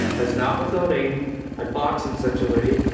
as not without aim i box in such a way,